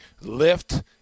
lift